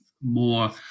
more